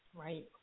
Right